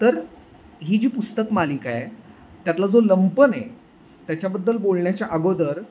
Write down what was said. तर ही जी पुस्तक मालिका आहे त्यातला जो लंपन आहे त्याच्याबद्दल बोलण्याच्या अगोदर